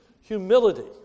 humility